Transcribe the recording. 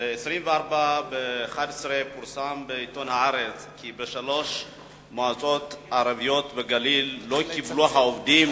ב-24 בנובמבר פורסם ב"הארץ" כי בשלוש מועצות ערביות בגליל העובדים